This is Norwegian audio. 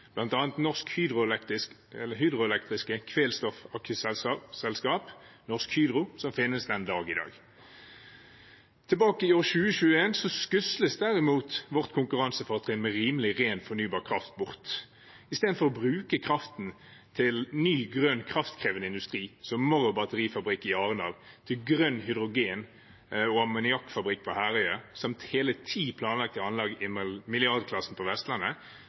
Norsk Hydro-Elektrisk Kvælstofaktieselskab, Norsk Hydro, som finnes den dag i dag. Tilbake i år 2021 skusles derimot vårt konkurransefortrinn med rimelig, ren, fornybar kraft bort. Istedenfor å bruke kraften til ny grønn kraftkrevende industri, som Morrow batterifabrikk i Arendal, til grønn hydrogen- og ammoniakkfabrikk på Herøya, samt hele ti planlagte anlegg i milliardklassen på Vestlandet,